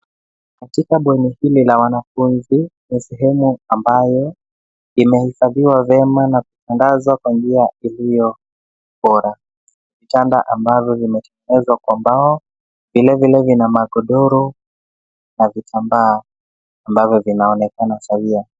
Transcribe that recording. Katika bweni hili la wanafunzi, ni sehemu ambayo imehifadhiwa vyema na kutandazwa kwa njia iliyo bora. Vitanda amabvyo vimetengenezwa kwa mbao, vile vile vina magodoro na vitambaa ambavyo vinaonekana sawia.